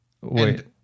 Wait